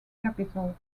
capitol